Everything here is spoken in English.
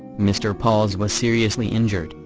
mr. pauls was seriously injured,